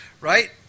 Right